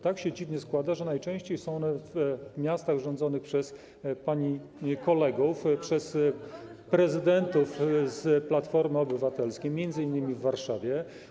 Tak się dziwnie składa, że najczęściej są one w miastach rządzonych przez pani kolegów, przez prezydentów z Platformy Obywatelskiej, m.in. w Warszawie.